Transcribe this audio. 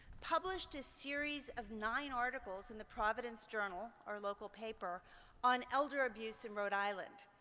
published a series of nine articles in the providence journal our local paper on elder abuse in rhode island.